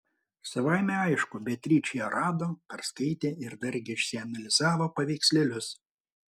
savaime aišku beatričė ją rado perskaitė ir dargi išsianalizavo paveikslėlius